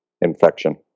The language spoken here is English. infection